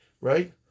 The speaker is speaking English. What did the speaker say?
right